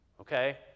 Okay